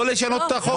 לא לשנות את החוק.